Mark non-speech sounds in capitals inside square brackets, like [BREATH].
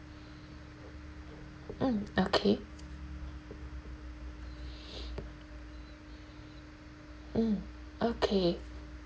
mm okay [BREATH] mm okay